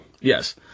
Yes